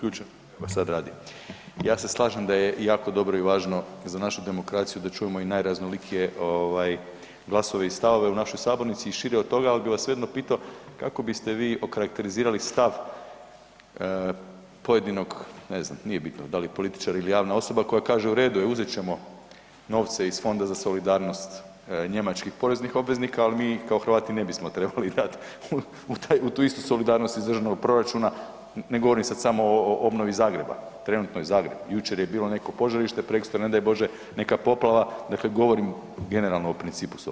Ja se slažem da je jako dobro i važno za našu demokraciju da čujemo i najraznolikije glasove i stavove u našoj sabornici i šire od toga ali bi vas svejedno pitao, kako bi ste vi okarakterizirali stav pojedinog ne znam, nije bitno, dali je političar ili javna osoba koja kaže u redu je, uzet ćemo novce iz Fonda za solidarnost njemačkih poreznih obveznika ali mi kao Hrvati ne bismo trebali dat u tu istu solidarnost iz državnog proračuna, ne govorim sad samo o obnovi Zagreba, trenutno je Zagreb, jučer je bilo neko požarište, preksutra ne daj bože, neka poplava, dakle govorim generalno o principu solidarnosti.